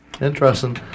Interesting